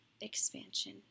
expansion